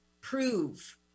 prove